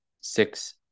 six